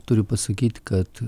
turiu pasakyt kad